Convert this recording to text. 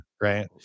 Right